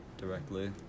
Directly